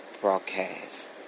broadcast